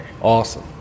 Awesome